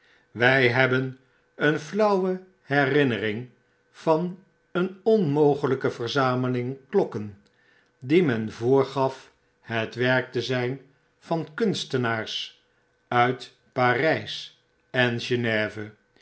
wij hebben een llauwe herinnering van een onmogelyke verzameling kiokken die men voorgaf het werk te zijn van kunstenaars uit parys en geneve